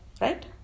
Right